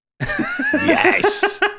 Yes